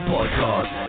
Podcast